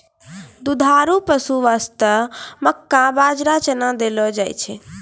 दुधारू पशु वास्तॅ मक्का, बाजरा, चना देलो जाय छै